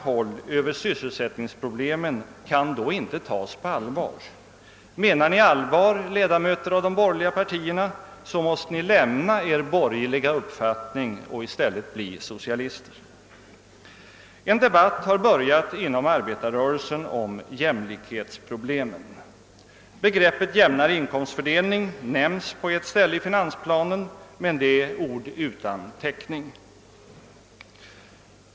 håll över sysselsättningsproblemen kan då inte tas på allvar. Menar ni allvar, ledamöter av de borgerliga partierna, måste ni lämna er borgerliga uppfattning och i stället bli socialister! | En debatt har börjat inom arbetarrörelsen om jämlikhetsproblemen. Begreppet jämnare <inkomstfördelning nämns på ett ställe i finansplanen, men detta är ord utan täckning.